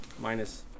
minus